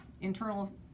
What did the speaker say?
internal